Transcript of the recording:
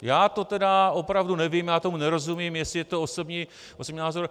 Já to teda opravdu nevím, já tomu nerozumím, jestli je to osobní názor.